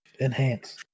Enhance